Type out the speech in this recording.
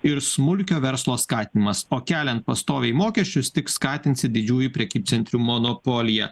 ir smulkio verslo skatinimas o keliant pastoviai mokesčius tik skatinsit didžiųjų prekybcentrių monopoliją